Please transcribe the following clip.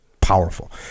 Powerful